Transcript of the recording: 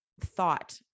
thought